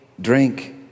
drink